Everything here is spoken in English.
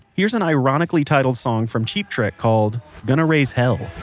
here's an ironically titled song from cheap trick called gonna raise hell.